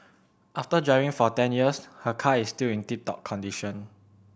after driving for ten years her car is still in tip top condition